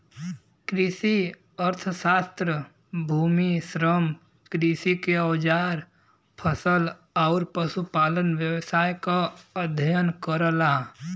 कृषि अर्थशास्त्र भूमि, श्रम, कृषि के औजार फसल आउर पशुपालन व्यवसाय क अध्ययन करला